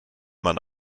man